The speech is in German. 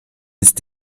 ist